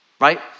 right